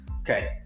Okay